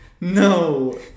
No